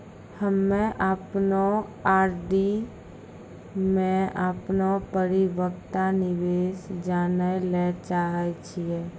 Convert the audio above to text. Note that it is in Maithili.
हम्मे अपनो आर.डी मे अपनो परिपक्वता निर्देश जानै ले चाहै छियै